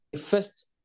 first